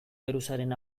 geruzaren